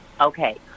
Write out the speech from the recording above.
Okay